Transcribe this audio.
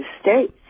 States